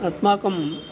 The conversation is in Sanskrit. अस्माकं